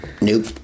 nope